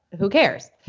who cares?